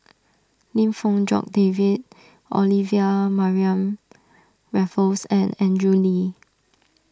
Lim Fong Jock David Olivia Mariamne Raffles and Andrew Lee